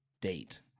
date